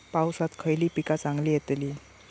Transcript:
पावसात खयली पीका चांगली येतली?